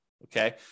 Okay